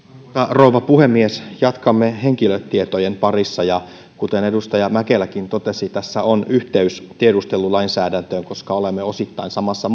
rouva puhemies jatkamme henkilötietojen parissa ja kuten edustaja mäkeläkin totesi tässä on yhteys tiedustelulainsäädäntöön koska olemme osittain samassa